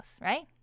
right